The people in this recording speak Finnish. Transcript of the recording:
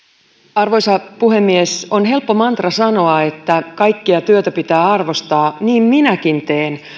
arvoisa puhemies on helppo mantra sanoa että kaikkea työtä pitää arvostaa niin minäkin teen